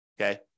okay